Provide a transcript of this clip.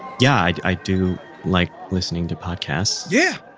yeah, i i do like listening to podcasts yeah.